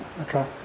okay